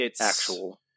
actual